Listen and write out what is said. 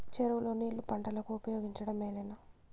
చెరువు లో నీళ్లు పంటలకు ఉపయోగించడం మేలేనా?